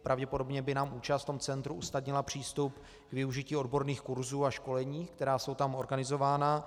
Pravděpodobně by nám účast v centru usnadnila přístup k využití odborných kurzů a školení, která jsou tam organizována.